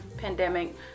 pandemic